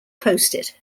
posted